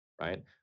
right